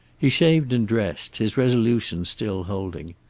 he shaved and dressed, his resolution still holding.